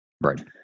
Right